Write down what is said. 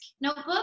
notebook